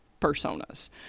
personas